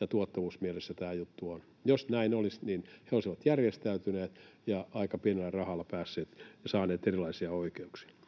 ja tuottavuusmielessä tämä juttu on. Jos näin olisi, niin he olisivat järjestäytyneet ja aika pienellä rahalla päässeet ja saaneet erilaisia oikeuksia.